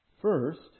First